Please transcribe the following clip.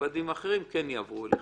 מב"דים אחרים כן יעברו אליכם.